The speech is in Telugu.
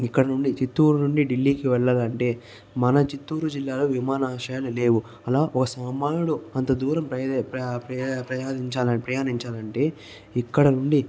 ఇకనుండి చిత్తూరు నుండి ఢిల్లీకి వెళ్లాలంటే మన చిత్తూరు జిల్లాలో విమాన ఆశ్రయము లేవు అలా ఓ సామాన్యుడు అంత దూరం ప్రయా ప్రయా ప్రయాణించ ప్రయాణించాలంటే ఇక్కడ ఉండి